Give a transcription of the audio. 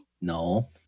No